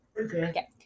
Okay